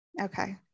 okay